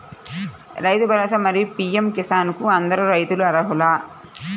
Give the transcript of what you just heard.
రైతు భరోసా, మరియు పీ.ఎం కిసాన్ కు అందరు రైతులు అర్హులా?